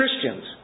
Christians